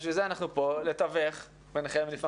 לכן אנחנו כאן, לתווך ביניכם.